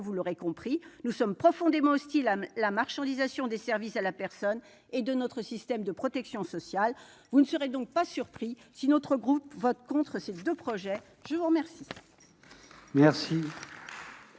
vous l'aurez compris : nous sommes profondément hostiles à la marchandisation des services à la personne et de notre système de protection sociale. Vous ne serez donc pas surpris si notre groupe vote contre ces deux projets de loi.